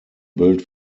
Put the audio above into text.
built